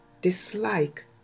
dislike